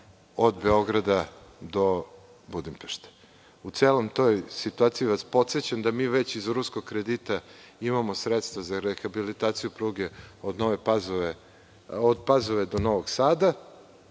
od Beograda do Budimpešte. U celoj toj situaciji vas podsećam da mi već iz ruskog kredita imamo sredstava za rehabilitaciju pruge od Pazove do Novog Sada,